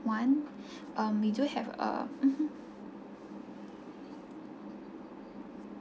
want um we do have uh mmhmm